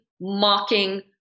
mocking